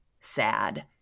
sad